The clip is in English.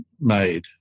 made